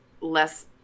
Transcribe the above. less